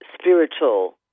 spiritual